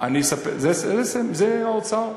זה האוצר.